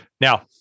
now